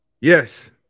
Yes